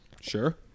sure